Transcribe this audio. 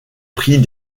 prix